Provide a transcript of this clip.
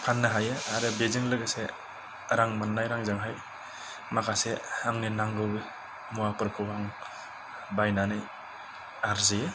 फाननो हायो आरो बेजों लोगोसे रां मोननाय रांजों हाय माखासे आंनो नांगौ मुवाफोरखौ आं बायनानै आरजियो